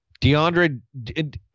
DeAndre